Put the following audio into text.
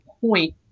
point